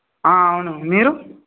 అవును మీరు